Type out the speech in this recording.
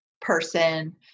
person